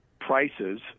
prices